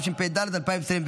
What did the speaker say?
התשפ"ד 2024,